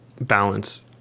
balance